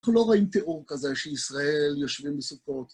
אנחנו לא רואים תיאור כזה שישראל יושבים בסוכות.